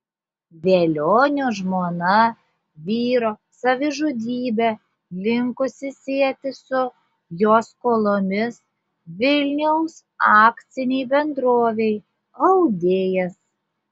velionio žmona vyro savižudybę linkusi sieti su jo skolomis vilniaus akcinei bendrovei audėjas